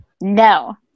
no